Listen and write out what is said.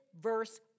verse